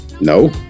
No